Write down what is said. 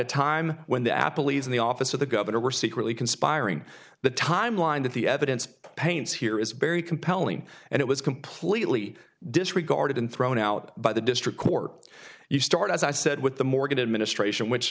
time when the apple even the office of the governor were secretly conspiring the timeline that the evidence paints here is very compelling and it was completely disregarded and thrown out by the district court you start as i said with the morgan administration which